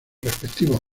respectivos